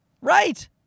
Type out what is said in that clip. right